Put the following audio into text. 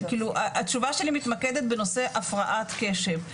כאילו התשובה שלי מתמקדת בנושא הפרעת קשב,